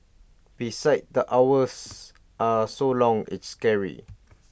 besides the hours are so long it's scary